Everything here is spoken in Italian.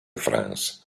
france